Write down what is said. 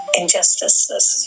injustices